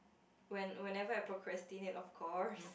when whenever I procrastinate of course